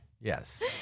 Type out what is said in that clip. Yes